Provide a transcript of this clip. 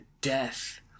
death